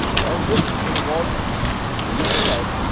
and, this involves looking at